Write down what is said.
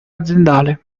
aziendale